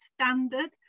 standard